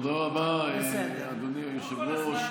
תודה רבה, אדוני היושב-ראש.